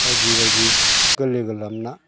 बायदि बायदि गोरलै गोरलाम ना